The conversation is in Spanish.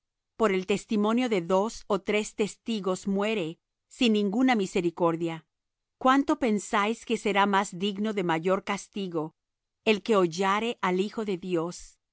por el testimonio de dos ó de tres testigos muere sin ninguna misericordia cuánto pensáis que será más digno de mayor castigo el que hollare al hijo de dios